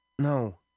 No